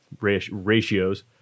ratios